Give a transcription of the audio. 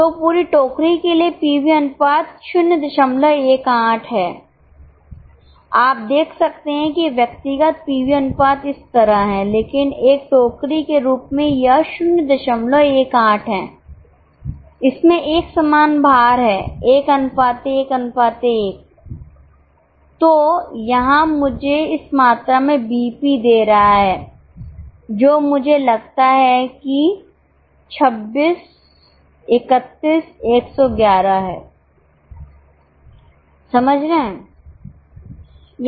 तो पूरी टोकरी के लिए पीवी अनुपात 018 है आप देख सकते हैं कि व्यक्तिगत पीवी अनुपात इस तरह हैं लेकिन एक टोकरी के रूप में यह 018 है इसमें एक समान भार है 111 तो यहां मुझे इस मात्रा में बीईपी दे रहा है जो मुझे लगता है कि 2631111 है समझ रहे हैं